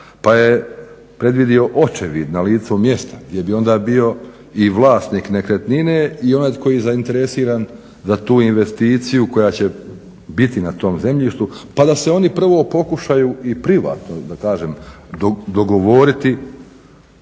pa je predvidio očevid na licu mjesta jer bi onda bio i vlasnik nekretnine i onaj koji je zainteresiran za tu investiciju koja će biti na tom zemljištu pa da se oni prvo pokušaju i privatno da kažem dogovoriti,